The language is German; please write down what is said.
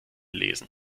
lesen